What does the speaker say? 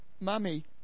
Mummy